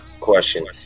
question